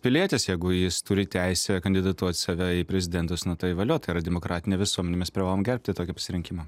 pilietis jeigu jis turi teisę kandidatuot save į prezidentus nu tai valio tai yra demokratinė visuomenė mes privalom gerbti tokį pasirinkimą